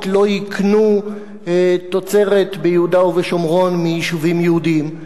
לא יקנו תוצרת מיישובים יהודיים ביהודה ובשומרון.